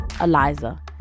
Eliza